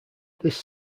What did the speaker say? this